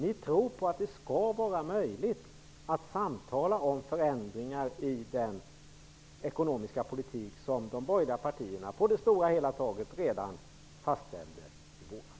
Ni tror på att det skall vara möjligt att samtala om förändringar i den ekonomiska politik som de borgerliga partierna på det stora hela taget fastställde redan i våras.